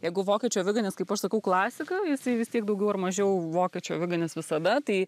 jeigu vokiečių aviganis kaip aš sakau klasika jisai vis tiek daugiau ar mažiau vokiečių aviganis visada tai